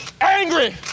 angry